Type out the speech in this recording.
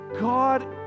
God